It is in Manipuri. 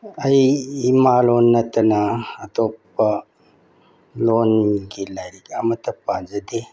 ꯑꯩ ꯏꯃꯥ ꯂꯣꯟ ꯅꯠꯇꯅ ꯑꯇꯣꯞꯄ ꯂꯣꯟꯒꯤ ꯂꯥꯏꯔꯤꯛ ꯑꯃꯠꯇ ꯄꯥꯖꯗꯦ